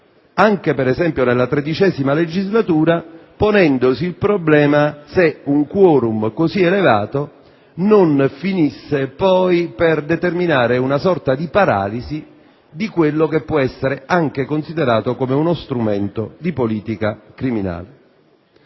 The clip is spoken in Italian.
anche ad esempio nella XIII legislatura, ponendosi il problema se un *quorum* così elevato non finisse poi per determinare una sorta di paralisi di quello che può essere considerato anche come uno strumento di politica criminale.